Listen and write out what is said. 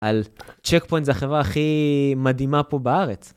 על צ'ק פוינט זה החברה הכי מדהימה פה בארץ.